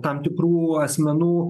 tam tikrų asmenų